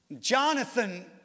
Jonathan